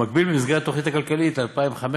במקביל, במסגרת התוכנית הכלכלית ל-2016-2015,